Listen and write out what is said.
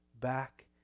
Back